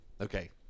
Okay